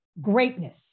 greatness